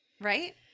Right